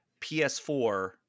PS4